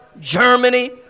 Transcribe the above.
Germany